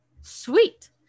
Sweet